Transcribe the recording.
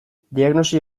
diagnosi